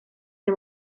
nie